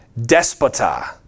despota